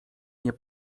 nie